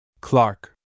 Clark